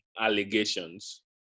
Allegations